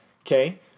Okay